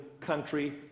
country